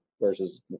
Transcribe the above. versus